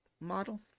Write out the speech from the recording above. model